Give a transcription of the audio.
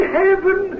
heaven